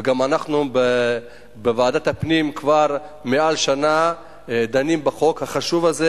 וגם אנחנו בוועדת הפנים כבר מעל שנה דנים בחוק החשוב הזה,